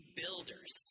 builders